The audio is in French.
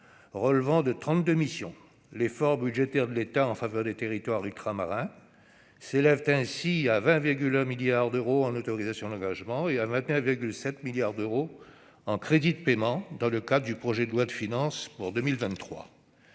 relevant de 32 missions. L'effort budgétaire de l'État en faveur des territoires ultramarins s'élève ainsi à 20,1 milliards d'euros en autorisations d'engagement et à 21,7 milliards d'euros en crédits de paiement dans le cadre du projet de loi de finances pour 2023.